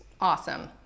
Awesome